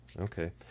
Okay